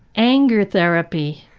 anger therapy